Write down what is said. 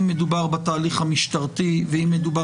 אם מדובר בתהליך המשטרתי ואם מדובר